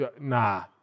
Nah